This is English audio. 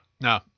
No